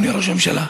אדוני ראש הממשלה.